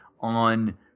on